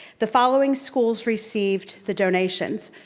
the following schools received the donations.